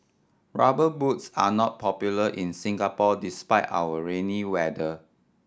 Rubber Boots are not popular in Singapore despite our rainy weather